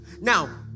Now